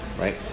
right